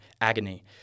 agony